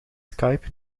skype